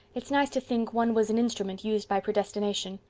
it's nice to think one was an instrument used by predestination.